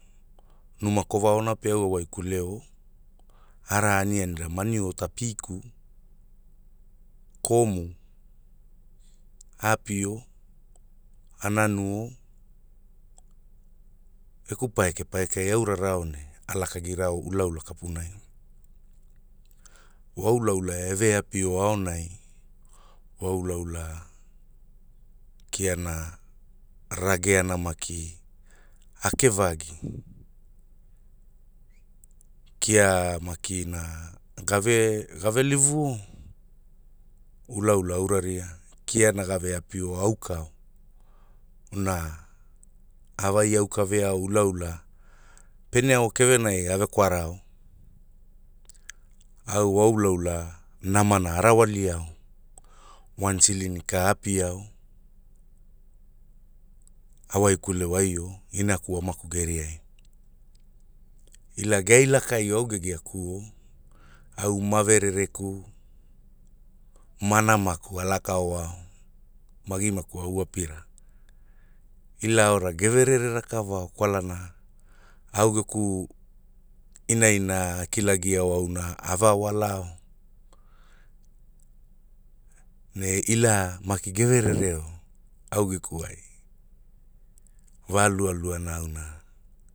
Numa kovaona pe au a waikuleo, araa aniani ra maniota piku, komu, a apio, a nanuo, geku paikepaike a uraurao ne a lakagirao ulaula kapunai. Wa ulaula e ve apio aonai, wa ulaula, kiana rageana maki, ake vagi, kia makina, gave- gave livuo, ulaula aura ria, kiana ga ve apio au kao, na, a vai auka veao ulaula, pene ao kevenai ga ve kwarao, all wa ulaula, namana a rawaliao, wan silin ka a apiao, a waikule waio, inaku amaku geriai, ila ge ai lakaio au ge giakuo, au maverere ku, ma namaku a laka oao, ma gimaku au apira, ila aora ge verere rakavao kwalana, au geku, ina ina a kilagiao auna a va walao, ne ila maki ge verereo, au geku ai va lualuana auna.